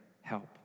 help